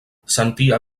sentia